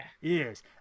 Yes